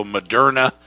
Moderna